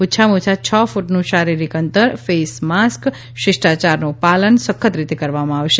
ઓછામાં ઓછા છ કુટનું શારીરિક અંતર ફેસ માસ્ક અને શિષ્ટાયારનું પાલન સખત રીતે કરવામાં આવશે